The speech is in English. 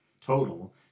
total